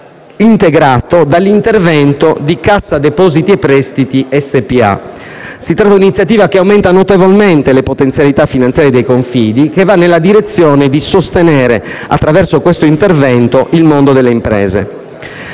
integrato dall'intervento di Cassa depositi e prestiti SpA. Si tratta di un'iniziativa che aumenta notevolmente le potenzialità finanziarie dei confidi e va nella direzione di sostenere, attraverso questo intervento, il mondo delle imprese.